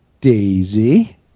daisy